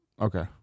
Okay